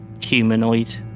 humanoid